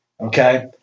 okay